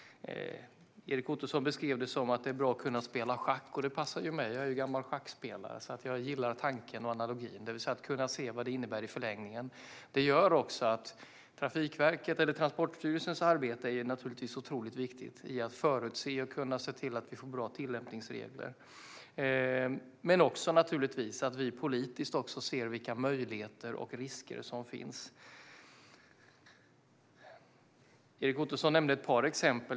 Erik Ottoson beskrev det som att det är bra att kunna spela schack, och det passar mig som är gammal schackspelare. Jag gillar tanken och analogin, det vill säga att kunna se vad det innebär i förlängningen. Transportstyrelsens arbete är naturligtvis otroligt viktigt när det gäller att förutse och kunna se till att vi får bra tillämpningsregler men också när det gäller att vi politiskt ser vilka möjligheter och risker som finns. Erik Ottoson nämnde ett par exempel.